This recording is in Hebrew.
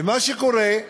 ומה שקורה,